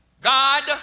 God